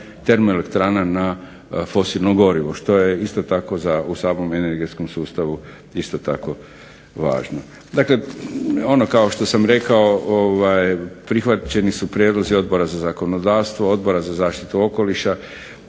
termoelektrana na fosilno gorivo. Što je isto tako u samom energetskom sustavu isto tako važno. Dakle, ono što sam rekao, prihvaćeni su prijedlozi Odbora za zakonodavstvo, Odbora za zaštitu okoliša,